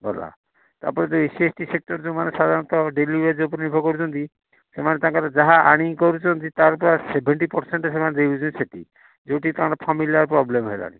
ଗଲା ତା'ପରେ S C S T sector ଯେଉଁମାନେ ସାଧାରଣତଃ ଡେଲିଭରୀ ଉପରେ ନିର୍ଭର କରୁଛନ୍ତି ସେମାନେ ତାଙ୍କର ଯାହା ଆଣିକି କରୁଛନ୍ତି ତା'ର ଦ୍ୱାରା ସେଭେଣ୍ଟି ପରସେଣ୍ଟ ସେମାନେ ଦେଇ ଦେଉଛନ୍ତି ସେଠି ଯେଉଁଠି ତାଙ୍କ ଫ୍ୟାମିଲିର ପ୍ରୋବଲେମ୍ ହେଲାଣି